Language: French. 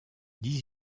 dix